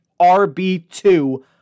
RB2